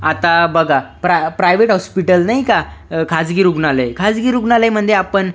आता बघा प्राय प्रायवेट हॉस्पिटल नाही का खाजगी रुग्णालय खाजगी रुग्णालयामध्ये आपण